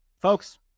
folks